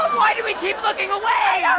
he keeps looking away. yeah